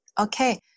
Okay